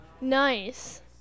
nice